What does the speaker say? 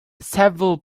several